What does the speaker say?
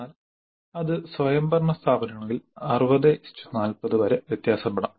എന്നാൽ അത് സ്വയംഭരണ സ്ഥാപനങ്ങളിൽ 6040 വരെ വ്യത്യാസപ്പെടാം